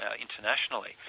internationally